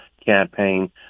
campaign